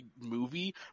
movie